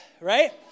Right